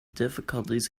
difficulties